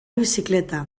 bicicleta